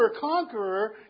conqueror